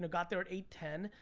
got there at eight ten,